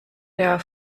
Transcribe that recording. der